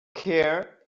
care